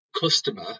customer